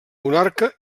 monarca